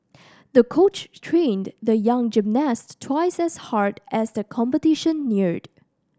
the coach trained the young gymnast twice as hard as the competition neared